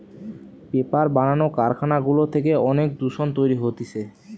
paper বানানো কারখানা গুলা থেকে অনেক দূষণ তৈরী হতিছে